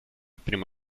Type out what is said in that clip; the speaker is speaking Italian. primo